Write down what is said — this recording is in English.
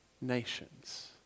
nations